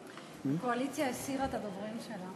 הקואליציה הסירה את הדוברים שלה.